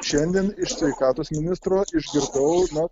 šiandien iš sveikatos ministro išgirdau na